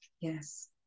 Yes